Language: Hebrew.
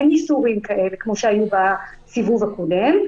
אין איסורים כאלה כמו שהיו בסיבוב הקודם.